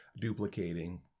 duplicating